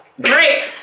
Great